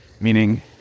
meaning